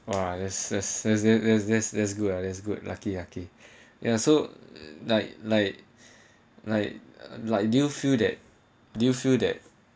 !wah! this is this that's good lah that's good lucky lucky ya so like like like like do you feel that do you feel that